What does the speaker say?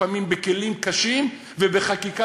לפעמים בכלים קשים ובחקיקה,